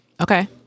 Okay